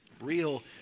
real